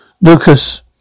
Lucas